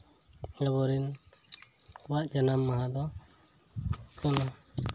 ᱟᱵᱚ ᱨᱮᱱ ᱩᱱᱠᱩᱣᱟᱜ ᱡᱟᱱᱟᱢ ᱫᱚ ᱠᱟᱱᱟ